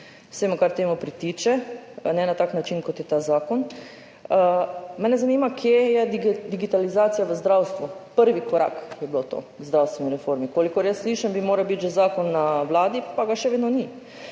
vsem, kar temu pritiče, ne na tak način, kot je ta zakon, mene zanima, kje je digitalizacija v zdravstvu. Prvi korak je bil to k zdravstveni reformi. Kolikor jaz slišim, bi moral biti zakon že na Vladi, pa ga še vedno ni.